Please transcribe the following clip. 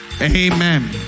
amen